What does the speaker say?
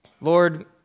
Lord